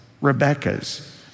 Rebecca's